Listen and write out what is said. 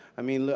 i mean,